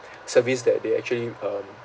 service that they actually um